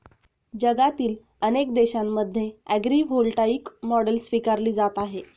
जगातील अनेक देशांमध्ये ॲग्रीव्होल्टाईक मॉडेल स्वीकारली जात आहे